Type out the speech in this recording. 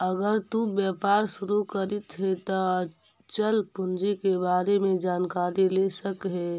अगर तु व्यापार शुरू करित हे त अचल पूंजी के बारे में जानकारी ले सकऽ हे